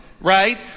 right